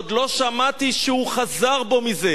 ועוד לא שמעתי שהוא חזר בו מזה.